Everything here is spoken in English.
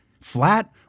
flat